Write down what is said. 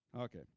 Okay